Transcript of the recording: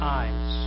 eyes